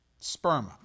Sperma